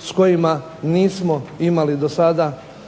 s kojima nismo imali do sada